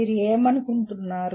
మీరు ఏమనుకుంటున్నారు